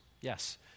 yes